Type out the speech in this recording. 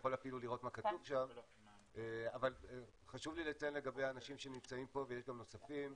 חשוב לי לציין לגבי האנשים שנמצאים פה ויש גם נוספים,